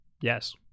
yes